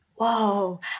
Whoa